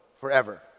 forever